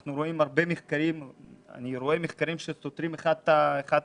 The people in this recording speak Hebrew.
אנחנו רואים הרבה מחקרים שסותרים זה את זה.